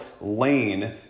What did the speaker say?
Lane